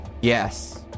yes